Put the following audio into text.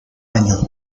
año